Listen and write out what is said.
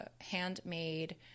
handmade